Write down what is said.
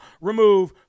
remove